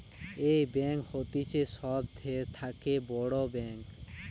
এই ব্যাঙ্ক হতিছে সব থাকে বড় ব্যাঙ্ক